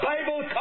Bible